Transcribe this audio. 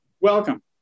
Welcome